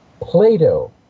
Plato